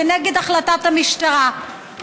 נגד החלטת המשטרה,